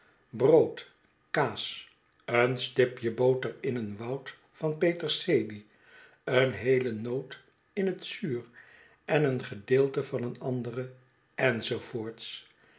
brood kaas een stipje boter in een woud van peterselie een heele noot in het zuur en een gedeelte van een andere